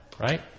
right